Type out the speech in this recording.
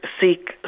seek